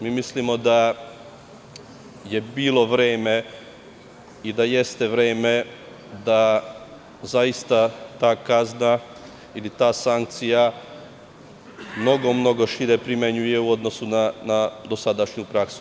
Mislimo da je bilo vreme i da jeste vreme da se zaista ta kazna ili ta sankcija mnogo šire primenjuje u odnosu na dosadašnju praksu.